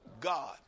God